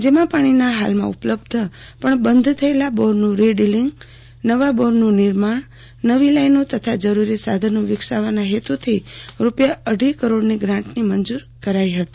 જેમાં પાણીના હાલમાં ઉપલબ્ધ પણ બંધ બોરનું રીડીલીંગનવા બોરનું નિર્માણનવી લાઈનો તથા જરૂરી સાધનો વિકસાવવાના હેતુથી રૂપિયા અઢી કરોડની ગ્રાન્ટ મંજુર કરાઈ હતી